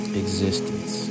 existence